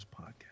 podcast